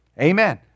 Amen